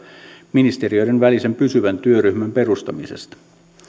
ministeriöiden välisen pysyvän työryhmän perustamisesta